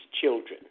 children